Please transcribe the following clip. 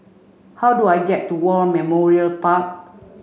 how do I get to War Memorial Park